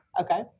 Okay